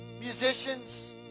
musicians